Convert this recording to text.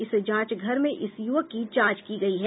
इस जांच घर में इस युवक की जांच की गयी है